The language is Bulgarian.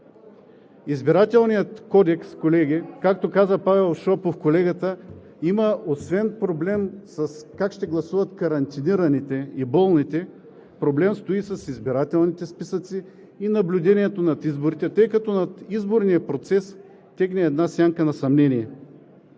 Изборния кодекс, колеги, както каза господин Павел Шопов, освен проблемът как ще гласуват карантинираните и болните стои и този с избирателните списъци и наблюдението на изборите, тъй като над изборния процес тегне сянка на съмнение.